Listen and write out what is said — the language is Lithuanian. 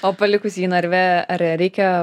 o palikus jį narve ar reikia